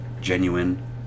genuine